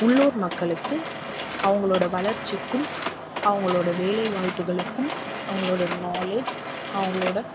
உள்ளூர் மக்களுக்கு அவங்களோட வளர்ச்சிக்கும் அவங்களோட வேலை வாய்ப்புகளுக்கும் அவங்களோட நாலேஜ் அவங்களோட